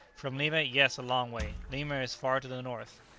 from lima? yes, a long way lima is far to the north.